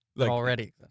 already